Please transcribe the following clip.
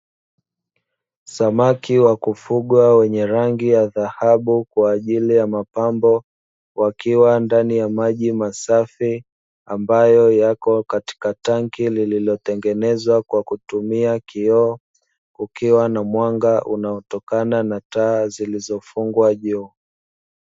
Samaki wa kufugwa wenye rangi ya dhahabu kwa ajili ya mapambo wakiwa ndani ya maji masafi ambayo yapo katika tanki lililotengenezwa kwa kutumia kioo, likiwa na mwanga unaonekana kutokana na taa zilizofungwa juu.